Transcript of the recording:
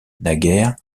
naguère